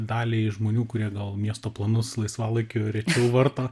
daliai žmonių kurie gal miesto planus laisvalaikiu rečiau varto